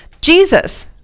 Jesus